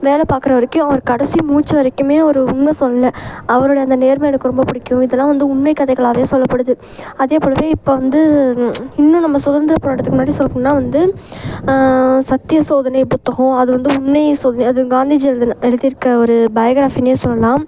வேலை பார்க்குற வரைக்கும் அவர் கடைசி மூச்சு வரைக்குமே அவர் உண்மை சொல்லலை அவரோடைய அந்த நேர்மை எனக்கு ரொம்ப பிடிக்கும் இதெல்லாம் வந்து உண்மை கதைகளாகவே சொல்லப்படுது அதேபோல இப்போ வந்து இன்னும் நம்ம சுதந்தர போராட்டத்துக்கு முன்னாடி சொல்லப்போனால் வந்து சத்திய சோதனை புத்தகம் அது வந்து உண்மையை சொல்லுது அது காந்திஜி எழுதுன எழுதிருக்க ஒரு பயோக்ராஃபினே சொல்லலாம்